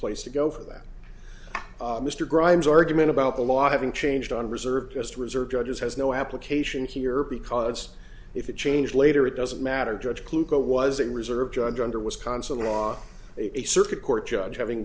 place to go for that mr grimes argument about the law having changed on reserve just reserved judges has no application here because if it changed later it doesn't matter judge clue got was in reserve judge under wisconsin law a circuit court judge having